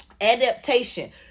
adaptation